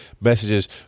messages